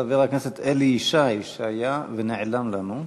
חבר הכנסת אלי ישי, שהיה ונעלם לנו.